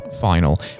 final